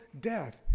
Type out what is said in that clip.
death